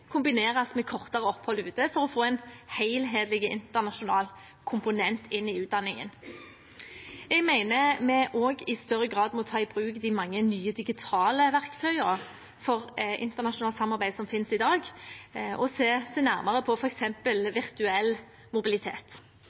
kombineres med kortere opphold ute for å få en helhetlig internasjonal komponent inn i utdanningen. Jeg mener vi også i større grad må ta i bruk de mange nye digitale verktøyene for internasjonalt samarbeid som finnes i dag, og se nærmere på f.eks. virtuell mobilitet.